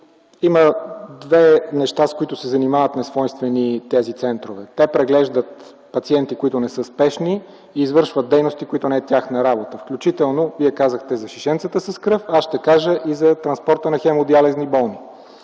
неща, с които се занимават тези центрове. Те преглеждат пациенти, които не са спешни, и извършват дейности, които не са тяхна работа, включително – Вие казахте за шишенцата с кръв, аз ще кажа и за транспорта на хемодиализни болни.